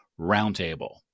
Roundtable